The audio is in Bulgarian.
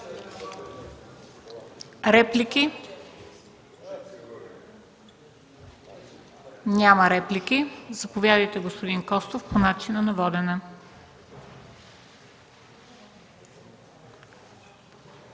Реплики? Няма. Заповядайте, господин Костов – по начина на водене.